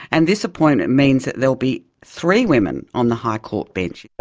and this appointment means that there will be three women on the high court bench.